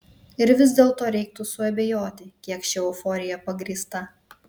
ir vis dėlto reiktų suabejoti kiek ši euforija pagrįsta